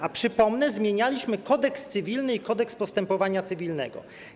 A przypomnę, że zmienialiśmy Kodeks cywilny i Kodeks postępowania cywilnego.